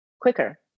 quicker